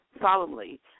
Solemnly